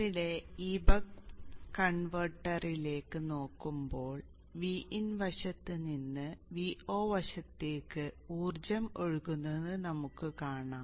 ഇവിടെ ഈ ബക്ക് കൺവെർട്ടറിലേക്ക് നോക്കുമ്പോൾ Vin വശത്ത് നിന്ന് Vo വശത്തേക്ക് ഊർജ്ജം ഒഴുകുന്നത് നമുക്ക് കാണാം